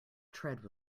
tread